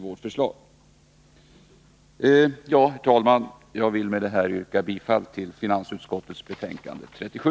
Herr talman! Jag vill med detta yrka bifall till hemställan i finansutskottets betänkande 27.